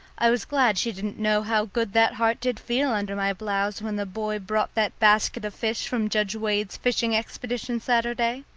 i was glad she didn't know how good that heart did feel under my blouse when the boy brought that basket of fish from judge wade's fishing expedition saturday.